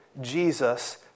Jesus